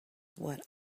what